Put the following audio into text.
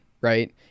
right